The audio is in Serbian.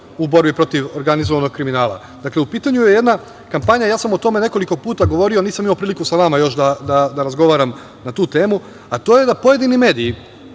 u borbi protiv organizovanog kriminala. Dakle, u pitanju jedna kampanja. Ja sam o tome nekoliko puta govorio, ali nisam imao priliku sa vama još da razgovaram na tu temu, a to je da pojedini mediji,